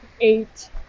eight